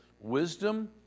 wisdom